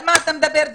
על מה אתה מדבר?